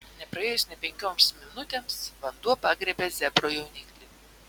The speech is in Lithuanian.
nepraėjus nė penkioms minutėms vanduo pagriebė zebro jauniklį